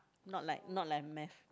not like not like math